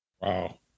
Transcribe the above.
wow